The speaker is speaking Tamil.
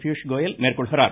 பியூஷ்கோயல் மேற்கொள்கிறார்